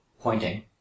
Pointing